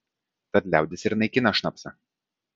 tad liaudis ir naikina šnapsą